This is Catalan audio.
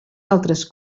altres